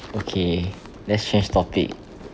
okay let's change topic